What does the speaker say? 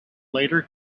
later